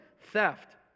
theft